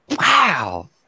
Wow